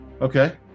Okay